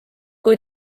kui